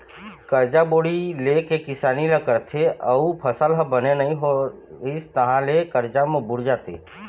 करजा बोड़ी ले के किसानी ल करथे अउ फसल ह बने नइ होइस तहाँ ले करजा म बूड़ जाथे